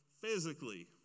physically